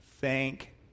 Thank